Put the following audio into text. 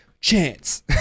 chance